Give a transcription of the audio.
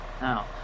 Now